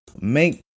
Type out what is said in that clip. make